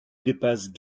dépassent